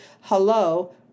hello